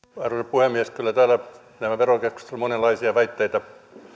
puhemies kyllä täällä näissä verokeskusteluissa monenlaisia väitteitä